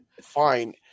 fine